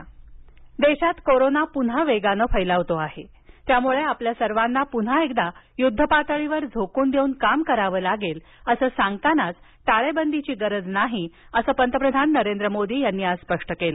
पंतप्रधान मुख्यमंत्री चर्चा देशात कोरोना प्न्हा वेगानं फैलावतो आहे त्यामुळे आपल्या सर्वांना प्न्हा एकदा युद्ध पातळीवर झोकून देऊन काम करावं लागेल असं सांगतानाच टाळेबंदीची गरज नाही असं पंतप्रधान नरेंद्र मोदी यांनी आज स्पष्ट केलं